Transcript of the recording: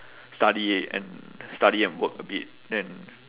study and study and work a bit then